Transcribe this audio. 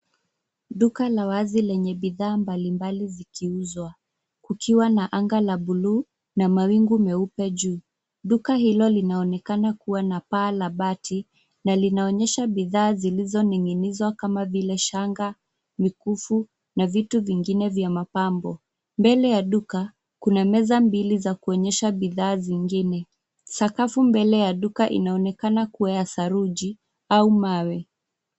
Duka la wazi lenye bidhaa mbalimbali zikiuzwa. Kuikiwa na anga la bluu na mawingu meupe juu. Duka hilo linaonekana kuwa na paa la bati na linaonyesha bidhaa zilizoning'inizwa kama vile shanga, mikufu na vitu vingine vya mapambo. Mbele ya duka kuna meza mbili za kuonyesha bidhaa zingine. Sakafu mbele ya duka inaonekana kuwa ya saruji au mawe.